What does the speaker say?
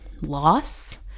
loss